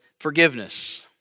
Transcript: Forgiveness